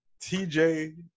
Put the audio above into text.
TJ